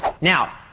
Now